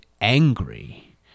angry